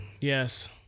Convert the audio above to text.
Yes